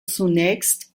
zunächst